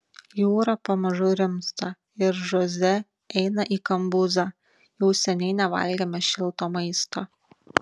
jūra pamažu rimsta ir žoze eina į kambuzą jau seniai nevalgėme šilto maisto